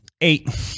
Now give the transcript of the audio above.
eight